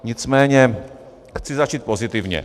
Nicméně chci začít pozitivně.